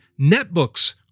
netbooks